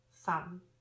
thumb